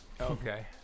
Okay